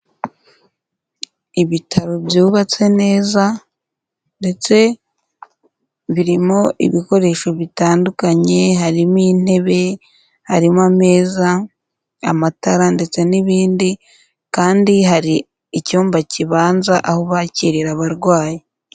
Ibitaro byubatse neza ndetse birimo ibikoresho bitandukanye harimo intebe, harimo ameza, amatara ndetse n'ibindi kandi hari icyumba kibanza aho bakirira abarwayi.